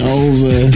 over